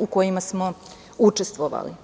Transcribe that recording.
u kojima smo učestvovali.